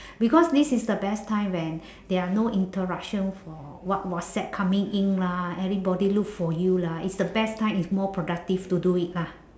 because this is the best time when there are no interruptions for what~ whatsapp coming in lah everybody look for you lah it's the best time it's more productive to do it lah